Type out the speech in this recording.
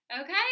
Okay